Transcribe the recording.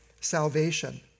salvation